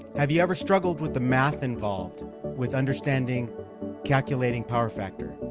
have you ever struggled with the math involved with understanding calculating power factor?